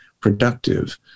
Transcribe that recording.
productive